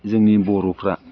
जोंनि बर'फ्रा